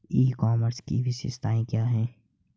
ई commerce की विशेषताएं क्या हैं?